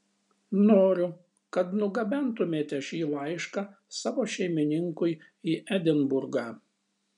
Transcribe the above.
noriu kad nugabentumėte šį laišką savo šeimininkui į edinburgą